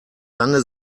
lange